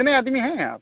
कितने आदमी हैं आप